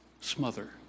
smother